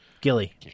Gilly